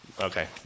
okay